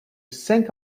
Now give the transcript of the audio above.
cinq